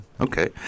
Okay